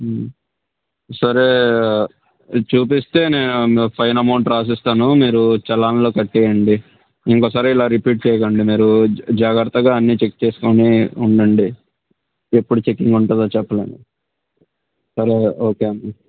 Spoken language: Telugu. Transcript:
సరే చూపిస్తే నేను ఫైన్ అమౌంట్ రాసిస్తాను మీరు చలానాలో కట్టేయండి ఇంకోసారి ఇలా రిపీట్ చెయ్యకండి మీరు జాగ్రత్తగా అన్ని చెక్ చేసుకొని ఉండండి ఎప్పుడు చెకింగ్ ఉంటుందో చెప్పలేము సరే ఓకే అమ్మ